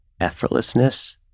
effortlessness